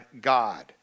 God